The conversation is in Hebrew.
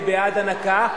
היא בעד הנקה,